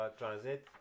transit